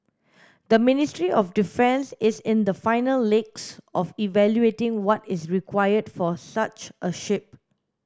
the Ministry of Defence is in the final legs of evaluating what is required for such a ship